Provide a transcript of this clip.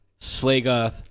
Slagoth